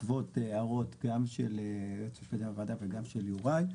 בעקבות ההערות גם של היועץ המשפטי לוועדה וגם של יוראי.